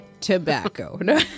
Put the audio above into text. Tobacco